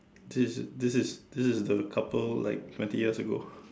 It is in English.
this this is this is the couple like twenty years ago